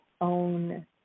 own